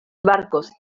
barcos